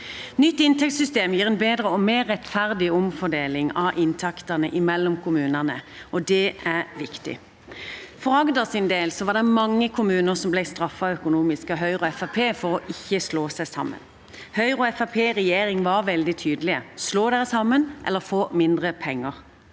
nye inntektssystemet gir en bedre og mer rettferdig omfordeling av inntektene mellom kommunene, og det er viktig. For Agders del var det mange kommuner som ble straffet økonomisk av Høyre og Fremskrittspartiet fordi de ikke slo seg sammen. Høyre og Fremskrittspartiet i regjering var veldig tydelige: Slå dere sammen eller få mindre penger.